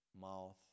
mouth